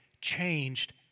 changed